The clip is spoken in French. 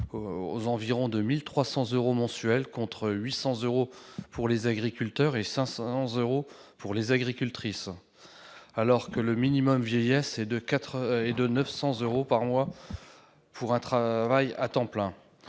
moyenne, à 1 300 euros par mois, contre 800 euros pour les agriculteurs et 500 euros pour les agricultrices, quand le minimum vieillesse est de 900 euros par mois, pour un travail à temps plein.